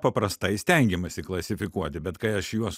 paprastai stengiamasi klasifikuoti bet kai aš juos